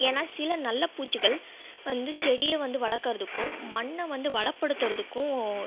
ஏன்னா சில நல்ல பூச்சிகள் வந்து செடியை வந்து வளர்க்கறதுக்கும் மண்ணை வந்து வளப்படுத்துவதுக்கும்